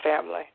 family